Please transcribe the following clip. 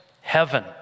heaven